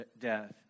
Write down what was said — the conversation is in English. death